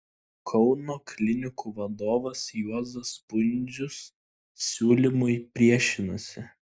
kauno klinikų vadovas juozas pundzius siūlymui priešinasi